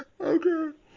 okay